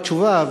תודה על התשובה,